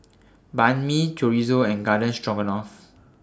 Banh MI Chorizo and Garden Stroganoff